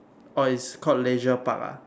orh it's called Leisure Park ah